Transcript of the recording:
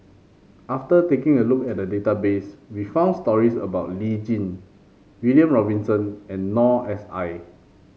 after taking a look at the database we found stories about Lee Tjin William Robinson and Noor S I